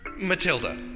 Matilda